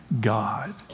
God